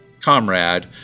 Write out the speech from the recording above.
comrade